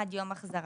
עד יום החזרתו.